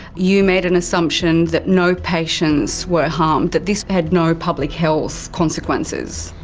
you made an assumption that no patients were harmed, that this had no public health consequences?